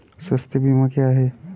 स्वास्थ्य बीमा क्या है?